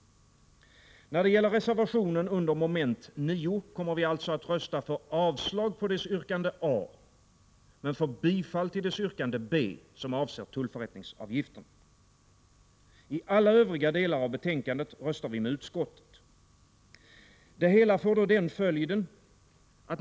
När det gäller reservationen under mom. 9 kommer vi att rösta för avslag på dess yrkande a men för bifall till dess yrkande b, som avser tullförrättningsavgifterna. I alla övriga delar av betänkandet röstar vi med utskottet.